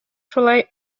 шулай